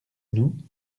nous